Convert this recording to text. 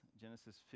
Genesis